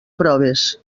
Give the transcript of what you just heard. proves